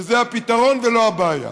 שזה הפתרון ולא הבעיה.